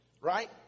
right